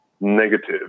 negative